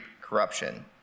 corruption